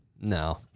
No